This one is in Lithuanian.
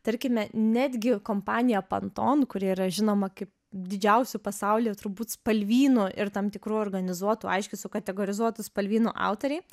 tarkime netgi kompanija panton kuri yra žinoma kaip didžiausių pasauly turbūt spalvynų ir tam tikrų organizuotų aiškiai sukategorizuotų spalvynų autoriai